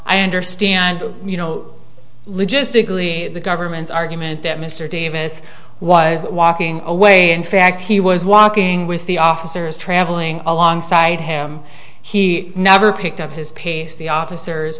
i understand you know logistically the government's argument that mr davis was walking away in fact he was walking with the officers traveling alongside him he never picked up his pace the officers